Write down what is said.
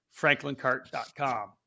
franklincart.com